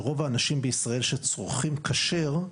שרוב האנשים בישראל שצורכים כשר,